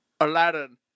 Aladdin